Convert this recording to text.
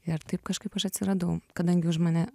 ir taip kažkaip aš atsiradau kadangi už mane